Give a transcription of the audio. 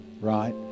right